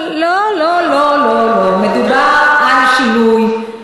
אתם מוסיפים סמכויות והשאלה היא למה.